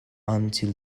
until